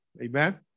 Amen